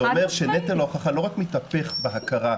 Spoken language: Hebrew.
זה אומר שנטל ההוכחה לא רק מתהפך בהכרה,